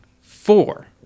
four